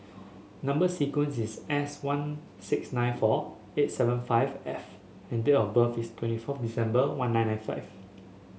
number sequence is S one six nine four eight seven five F and date of birth is twenty fourth December one nine nine five